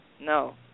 No